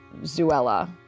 Zuella